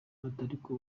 ariko